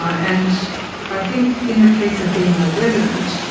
and i think in the case of being a resident,